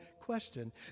question